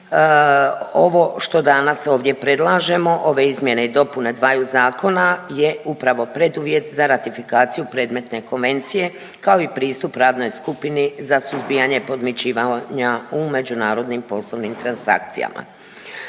ovo što danas ovdje predlažemo ove izmjene i dopune dvaju zakona je upravo preduvjet za ratifikaciju predmetne konvencije, kao i pristup radnoj skupini za suzbijanje podmićivanja u međunarodnim poslovnim transakcijama.